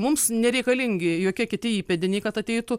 mums nereikalingi jokie kiti įpėdiniai kad ateitų